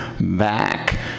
back